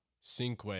Cinque